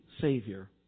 Savior